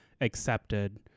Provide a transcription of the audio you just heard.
accepted